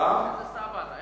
איזה סבא אתה?